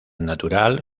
natural